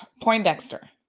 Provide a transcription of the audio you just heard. Poindexter